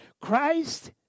Christ